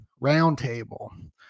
roundtable